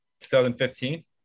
2015